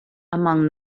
among